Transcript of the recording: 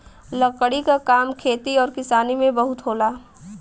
लकड़ी क काम खेती आउर किसानी में बहुत होला